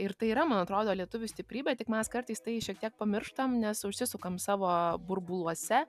ir tai yra man atrodo lietuvių stiprybė tik mes kartais tai šiek tiek pamirštam nes užsisukam savo burbuluose